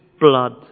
blood